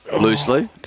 Loosely